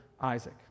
Isaac